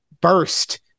burst